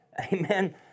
amen